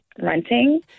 renting